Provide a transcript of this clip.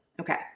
Okay